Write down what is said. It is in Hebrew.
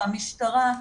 המשטרה,